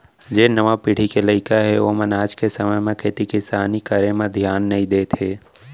जेन नावा पीढ़ी के लइका हें ओमन आज के समे म खेती किसानी करे म धियान नइ देत हें